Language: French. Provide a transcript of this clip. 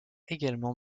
également